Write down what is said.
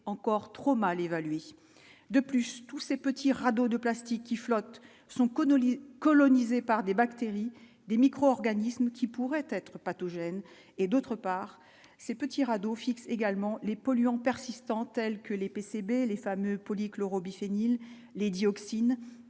encore trop mal évalué, de plus, tous ces petits radeaux de plastiques qui flottent sont Connolly colonisé par des bactéries, des micro-organismes qui pourraient être pathogènes et, d'autre part, ces petits radeaux fixe également les polluants persistants, tels que les PCB, les fameux polychlorobiphényles, les dioxines